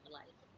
life